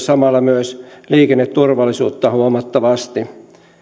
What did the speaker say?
samalla myös liikenneturvallisuutta huomattavasti